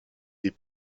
des